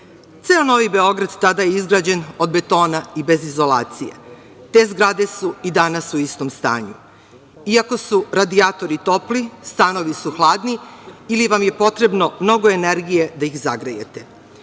Ceo Novi Beograd tada je izgrađen od betona i bez izolacije. Te zgrade su i danas u istom stanju. Iako su radijatori topli, stanovi su hladni ili vam je potrebno mnogo energije da ih zagrejete. To